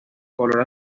color